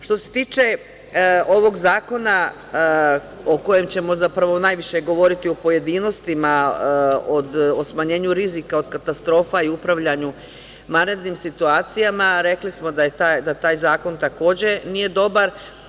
Što se tiče ovog zakona o kojem ćemo zapravo najviše govoriti u pojedinostima, o smanjenju rizika od katastrofa i upravljanju vanrednim situacijama, rekli smo da taj zakon takođe, nije dobar.